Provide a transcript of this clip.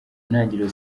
ntangiriro